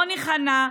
לא ניכנע.